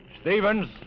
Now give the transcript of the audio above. Stevens